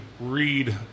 read